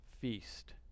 feast